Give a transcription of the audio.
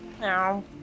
No